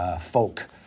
folk